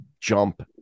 jump